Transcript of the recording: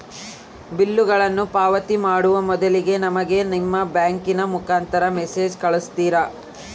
ಬಿಲ್ಲುಗಳನ್ನ ಪಾವತಿ ಮಾಡುವ ಮೊದಲಿಗೆ ನಮಗೆ ನಿಮ್ಮ ಬ್ಯಾಂಕಿನ ಮುಖಾಂತರ ಮೆಸೇಜ್ ಕಳಿಸ್ತಿರಾ?